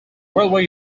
railway